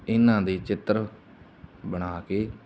ਇਹਨਾਂ ਦੀ ਚਿੱਤਰ ਬਣਾ ਕੇ